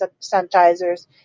sanitizers